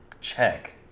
check